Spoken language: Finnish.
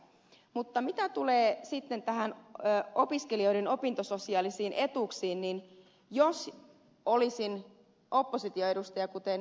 mutta mitä tulee sitten näihin opiskelijoiden opintososiaalisiin etuuksiin niin jos olisin oppositioedustaja kuten ed